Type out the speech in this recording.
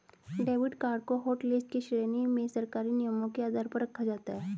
debit card को hotlist की श्रेणी में सरकारी नियमों के आधार पर रखा जाता है